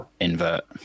invert